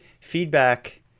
feedback